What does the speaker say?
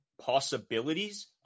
possibilities